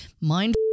mind